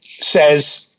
says